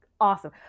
awesome